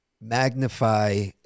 magnify